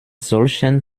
solchen